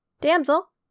Damsel